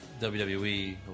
WWE